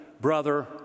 brother